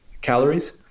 calories